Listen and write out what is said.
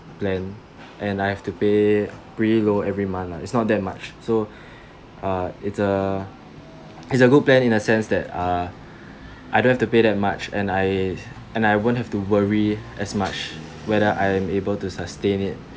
plan and I have to pay pretty low every month lah is not that much so uh its a its a good plan in the sense that uh I don't have to pay that much and I and I won't have to worry as much whether I am able to sustain it